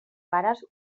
pares